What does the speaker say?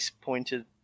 pointed